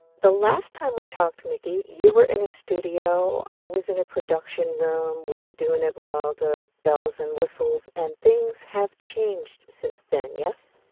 the last time we talked, mikki, you were in a studio. i was in a production room. we were doing it with all the bells and whistles. and things have changed since then, yes?